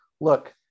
Look